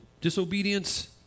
disobedience